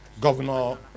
Governor